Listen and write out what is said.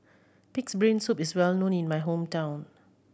Pig's Brain Soup is well known in my hometown